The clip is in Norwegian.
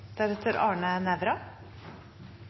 Representanten Arne Nævra